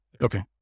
Okay